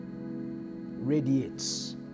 radiates